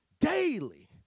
daily